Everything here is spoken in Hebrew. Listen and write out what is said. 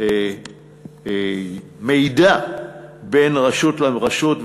מידע בין רשות לרשות,